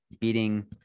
beating